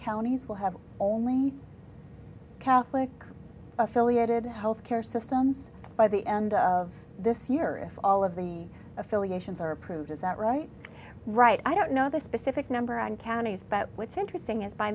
counties will have only catholic affiliated health care systems by the end of this year if all of the affiliations are approved is that right right i don't know the specific number and counties but what's interesting is by